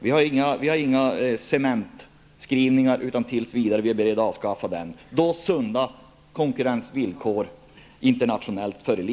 Vi har inga cementskrivningar, utan vi är beredda att avskaffa lagen då sunda konkurrensvillkor föreligger internationellt sett.